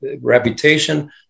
reputation